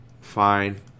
fine